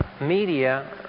media